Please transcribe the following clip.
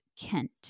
Kent